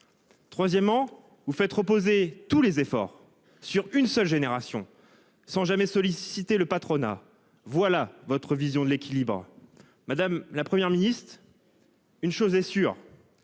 Troisièmement, vous faites reposer tous les efforts sur une seule génération sans jamais solliciter le patronat voilà votre vision de l'équilibre. Madame, la Première ministre. Une chose est sûre.